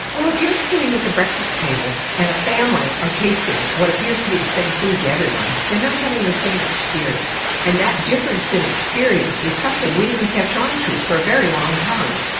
well if you're sitting at the breakfast table and a family are tasting what appears to be the same food to everyone they are not having the same experience and that difference in experience is something we didn't catch on to for a very long time.